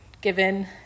given